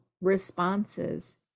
responses